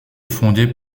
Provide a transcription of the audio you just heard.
fondée